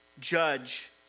judge